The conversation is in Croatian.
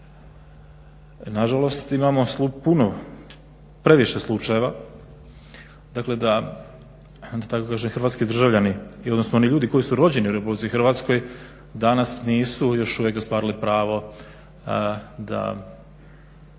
Na žalost imamo puno, previše slučajeva. Dakle, da tako kažem hrvatski državljani odnosno oni ljudi koji su rođeni u Republici Hrvatskoj danas nisu još uvijek ostvarili pravo da